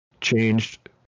changed